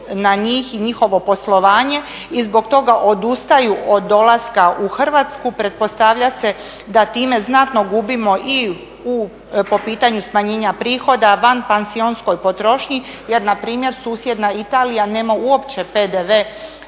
na njih i njihovo poslovanje. I zbog toga odustaju od dolaska u Hrvatsku. Pretpostavlja se da time znatno gubimo i po pitanju smanjenja prihoda, vanpansionskoj potrošnji jer npr. susjedna Italija nema uopće PDV